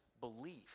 belief